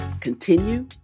continue